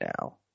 now